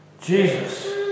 Jesus